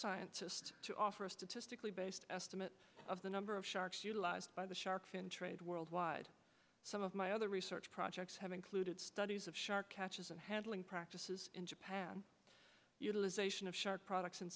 scientist to offer a statistically based estimate of the number of sharks utilized by the shark fin trade worldwide some of my other research projects have included studies of shark catchers and handling practices in japan utilization of shark products in